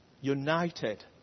United